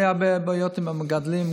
היו בעיות עם המגדלים,